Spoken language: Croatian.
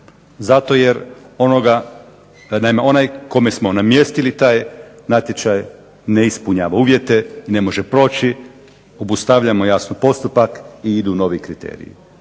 naime onaj kome smo namjestili taj natječaj ne ispunjava uvjete, ne može proći, obustavljamo jasno postupak i idu novi kriteriji.